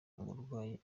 umurwayi